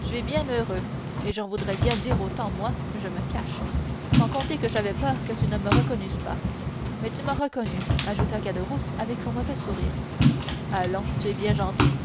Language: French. tu es bien heureux et j'en voudrais bien dire autant moi je me cache sans compter que j'avais peur que tu ne me reconnusses pas mais tu m'as reconnu ajouta caderousse avec son mauvais sourire allons tu es bien gentil